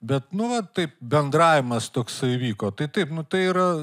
bet nu va taip bendravimas toksai vyko tai taip nu tai yra